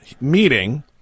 meeting